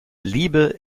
liebe